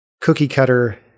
cookie-cutter